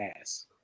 ass